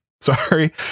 Sorry